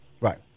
Right